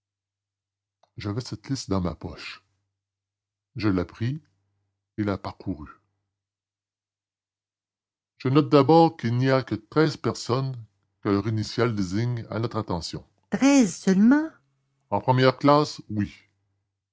j'avais cette liste dans ma poche je la pris et la parcourus je note d'abord qu'il n'y a que treize personnes que leur initiale désigne à notre attention treize seulement en première classe oui